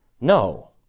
no